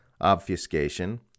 obfuscation